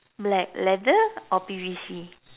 black leather or P_V_C